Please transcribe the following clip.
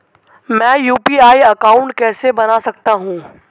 मैं UPI account कैसे बना सकता हूं?